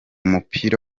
mupira